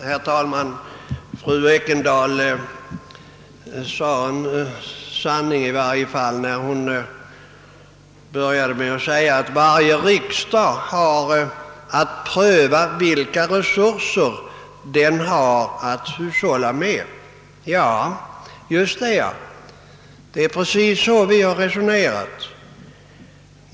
Herr talman! Fru Ekendahl sade åtminstone en sanning när hon började med att framhålla att varje riksdag har att pröva frågan om vilka resurser den har att hushålla med. Just det! Det är precis så vi har resonerat.